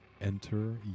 enter